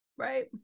right